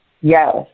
Yes